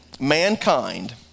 mankind